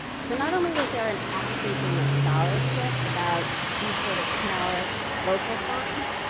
so not only was there an absence in the scholarship about these sort of smaller local farms,